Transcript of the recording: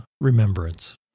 remembrance